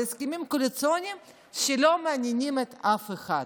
זה הסכמים קואליציוניים שלא מעניינים אף אחד.